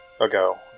ago